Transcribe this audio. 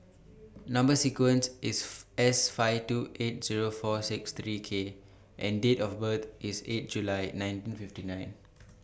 Number sequence IS S five two eight Zero four six three K and Date of birth IS eight July nineteen fifty nine